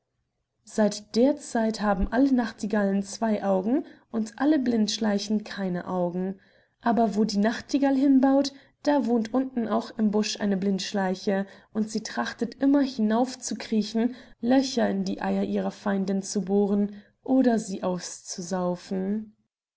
seit der zeit haben alle nachtigallen zwei augen und alle blindschleichen keine augen aber wo die nachtigall hinbaut da wohnt unten auch im busch eine blindschleiche und sie trachtet immer hinaufzukriechen löcher in die eier ihrer feindin zu bohren oder sie auszusaufen